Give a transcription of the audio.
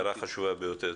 הערה חשובה ביותר.